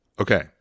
Okay